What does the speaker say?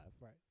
Right